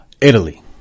Italy